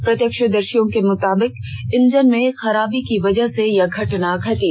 प्रत्यक्षदर्शियों के मुताबिक इंजन में खराबी की वजह से यह घटना घटी